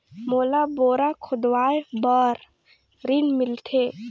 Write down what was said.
मोला बोरा खोदवाय बार ऋण मिलथे?